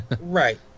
right